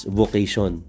vocation